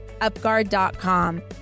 UpGuard.com